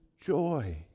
joy